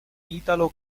italo